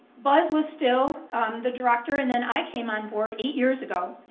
buzz was still the director and then i came onboard eight years ago.